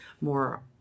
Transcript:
more